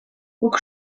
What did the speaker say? guk